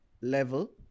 level